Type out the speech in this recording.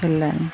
ହେଲାଣି